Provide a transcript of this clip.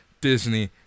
Disney